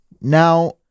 Now